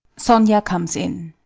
sonia comes in.